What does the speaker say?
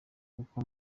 kuko